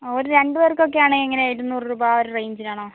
ഒരു രണ്ട് പേർക്കൊക്കെ ആണേ എങ്ങനെയാണ് ഒരു നൂറ് രൂപ ആ ഒരു റേഞ്ചിനാണോ